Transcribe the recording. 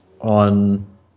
on